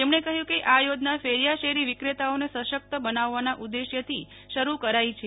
તેમણે કહ્યું કે આ યોજના ફેરિયા શેરી વિક્રેતાઓને સશક્ત બનાવવાના ઉદેશ્યથી શરૂ કરાઇ છે